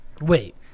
Wait